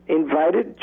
invited